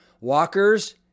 Walkers